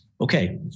Okay